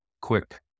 quick